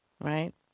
right